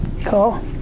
Cool